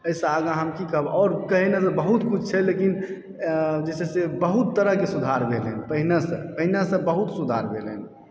अइसऽ आगाँ हम की कहब और कहै ले बहुत कुछ छै लेकिन जे छै से बहुत तरह के सुधार भेलै हन पहिनेसऽ पहिनेसऽ बहुत सुधार भेलै हन